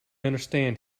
understand